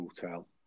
hotel